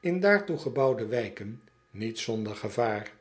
in daartoe gebouwde wijken niet zonder gevaar